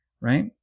right